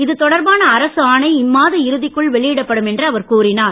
இதுதொடர்பான் அரசு ஆணை இம்மாத இறுதிக்குள் வெளியிடப்படும் என்று அவர் கூறினார்